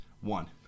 One